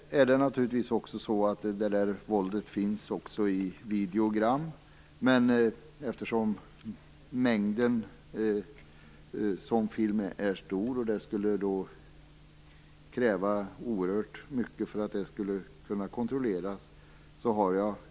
Naturligtvis finns det där våldet också i videogram. Men eftersom mängden sådan film är stor skulle det kräva oerhört mycket för att den skulle kunna kontrolleras.